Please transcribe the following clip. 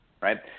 right